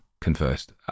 conversed